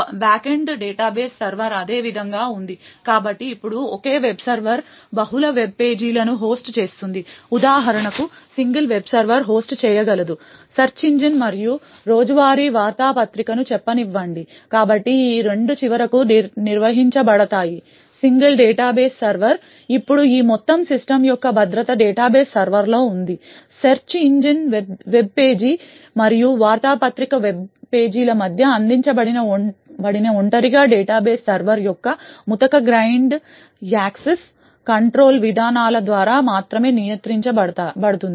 back end database server అదే విధంగా ఉంది కాబట్టి ఇప్పుడు ఒకే వెబ్ సర్వర్ బహుళ వెబ్ పేజీలను హోస్ట్ చేస్తుంది ఉదాహరణకు సింగిల్ వెబ్ సర్వర్ హోస్ట్ చేయగలదు సెర్చ్ ఇంజిన్ మరియు రోజువారీ వార్తాపత్రికను చెప్పనివ్వండి కాబట్టి ఈ రెండూ చివరకు నిర్వహించబడతాయి సింగిల్ డేటాబేస్ సర్వర్ ఇప్పుడు ఈ మొత్తం సిస్టమ్ యొక్క భద్రత డేటాబేస్ సర్వర్లో ఉంది సెర్చ్ ఇంజన్ వెబ్పేజీ మరియు వార్తాపత్రిక వెబ్ పేజీల మధ్య అందించబడిన ఒంటరిగా డేటా బేస్ సర్వర్ యొక్క ముతక గ్రెయిన్డ్ యాక్సెస్ కంట్రోల్ విధానాల ద్వారా మాత్రమే నియంత్రించబడుతుంది